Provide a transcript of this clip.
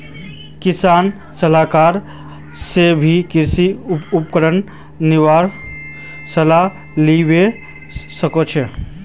किसान सलाहकार स भी कृषि उपकरण किनवार सलाह लिबा सखछी